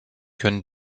können